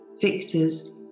victors